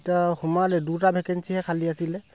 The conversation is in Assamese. এতিয়া সোমালে দুটা ভেকেঞ্চিহে খালী আছিলে